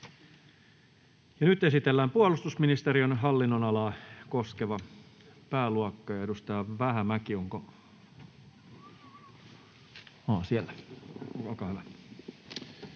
Esitellään puolustusministeriön hallinnonalaa koskeva pääluokka